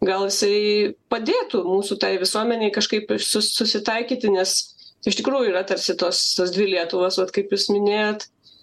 gal jisai padėtų mūsų tai visuomenei kažkaip su susitaikyti nes iš tikrųjų yra tarsi tos tos dvi lietuvos vat kaip jūs minėjot